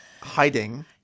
hiding